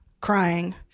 crying